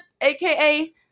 aka